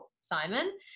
Simon